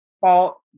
fault